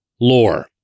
lore